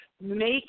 make